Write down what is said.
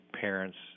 parents